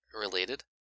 related